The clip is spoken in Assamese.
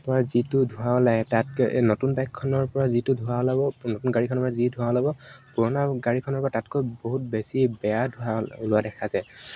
ৰ পৰা যিটো ধোঁৱা ওলায় তাতকে নতুন বাইকখনৰ পৰা যিটো ধোঁৱা ল'ব নতুন গাড়ীখনৰ পৰা যি ধোঁৱা ল'ব পুৰণা গাড়ীখনৰ পৰা তাতকৈ বহুত বেছি বেয়া ধোঁৱা লোৱা দেখা যায়